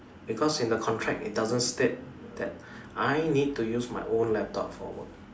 because in the contract it doesn't state that I need to use my own laptop for work